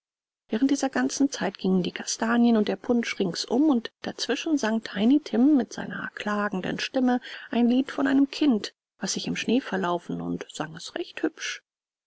während dieser ganzen zeit gingen die kastanien und der punsch ringsum und dazwischen sang tiny tim mit seiner klagenden stimme ein lied von einem kind was sich im schnee verlaufen und sang es recht hübsch